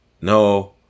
no